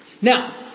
Now